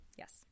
Yes